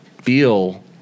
feel